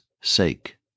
sake